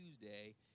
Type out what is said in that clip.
Tuesday